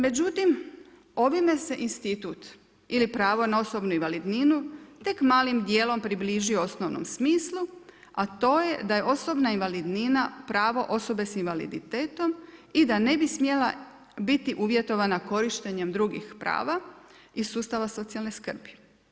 Međutim ovime se institut ili pravo na osobnu invalidninu tek malim dijelom približio osnovnom smislu a to je da je osobna invalidnina pravo osobe sa invaliditetom i da ne bi smjela biti uvjetovana korištenjem drugih prava iz sustava socijalne skrbi.